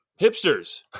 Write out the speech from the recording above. hipsters